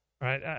Right